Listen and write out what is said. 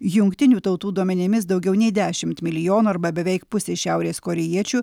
jungtinių tautų duomenimis daugiau nei dešimt milijonų arba beveik pusei šiaurės korėjiečių